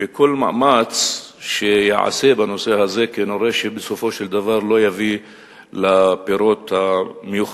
וכל מאמץ שייעשה בנושא הזה בסופו של דבר כנראה לא יביא לפירות המיוחלים.